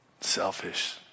selfish